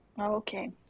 okay